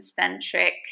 centric